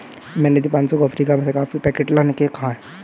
मैंने दीपांशु को अफ्रीका से कॉफी पैकेट लाने को कहा है